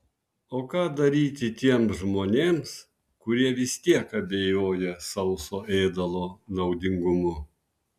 o ką daryti tiems žmonėms kurie vis tiek abejoja sauso ėdalo naudingumu